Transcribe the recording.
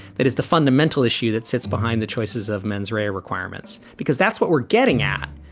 that is the fundamental issue that sits behind the choices of mens rea requirements, because that's what we're getting at.